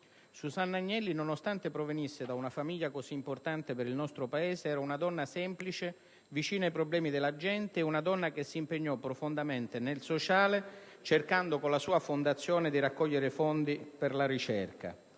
Susanna Agnelli, nonostante provenisse da una famiglia così importante per il nostro Paese, era una donna semplice, vicina ai problemi della gente. Una donna che si impegnò profondamente nel sociale, cercando con la sua Fondazione di raccogliere fondi per la ricerca.